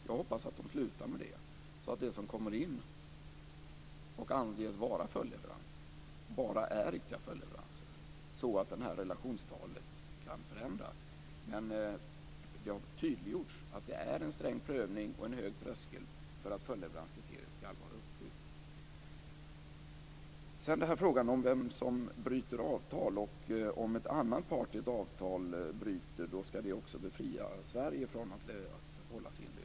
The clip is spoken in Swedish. Jag hoppas att de slutar att göra det, så att det som kommer in och anges vara följdleveranser bara är riktiga följdleveranser. Därmed kan relationstalet förändras. Men det har tydliggjorts att det sker en sträng prövning och att tröskeln är hög för att följdleveranskriteriet ska anses uppfyllt. Sedan till frågan om vem som bryter avtal. Om en annan part i ett avtal bryter detta ska det också befria Sverige från att hålla sin del.